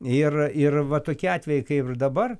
ir ir va tokie atvejai kaip dabar